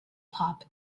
pop